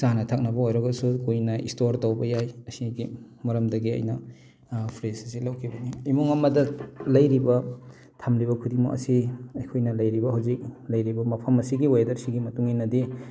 ꯆꯥꯅ ꯊꯛꯅꯕ ꯑꯣꯏꯔꯒꯁꯨ ꯀꯨꯏꯅ ꯁ꯭ꯇꯣꯔ ꯇꯧꯕ ꯌꯥꯏ ꯃꯁꯤꯒꯤ ꯃꯔꯝꯗꯒꯤ ꯑꯩꯅ ꯐ꯭ꯔꯤꯖ ꯑꯁꯤ ꯂꯧꯈꯤꯕꯅꯤ ꯏꯃꯨꯡ ꯑꯃꯗ ꯂꯩꯔꯤꯕ ꯊꯝꯂꯤꯕ ꯈꯨꯗꯤꯡꯃꯛ ꯑꯁꯤ ꯑꯩꯈꯣꯏꯅ ꯂꯩꯔꯤꯕ ꯍꯧꯖꯤꯛ ꯂꯩꯔꯤꯕ ꯃꯐꯝ ꯑꯁꯤꯒꯤ ꯋꯦꯗꯔꯁꯤꯒꯤ ꯃꯇꯨꯡ ꯏꯟꯅꯗꯤ